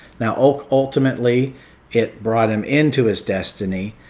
now, ah ultimately it brought him into his destiny,